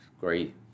great